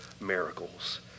miracles